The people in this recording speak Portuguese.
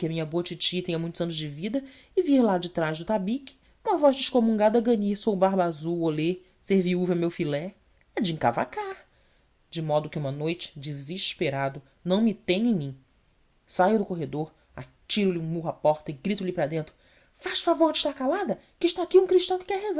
minha boa titi tenha muitos anos de vida e vir lá detrás do tabique uma voz de excomungada a ganir sou o barbaazul olé ser viúvo é o meu filé e de encavacar de modo que uma noite desesperado não me tenho em mim saio ao corredor atiro lhe um murro à porta e grito lhe para dentro faz favor de estar calada que está aqui um cristão que